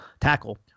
tackle